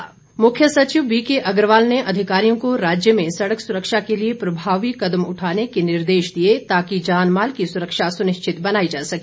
मुख्य सचिव मुख्य सचिव बीके अग्रवाल ने अधिकारियों को राज्य में सड़क सुरक्षा के लिए प्रभावी कदम उठाने के निर्देश दिए ताकि जानमाल की सुरक्षा सुनिश्चित बनाई जा सके